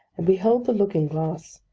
and behold the looking-glass,